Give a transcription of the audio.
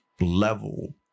level